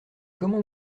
comment